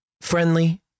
friendly